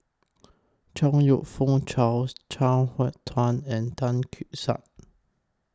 Chong YOU Fook Charles Chuang Hui Tsuan and Tan Keong Saik